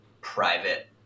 private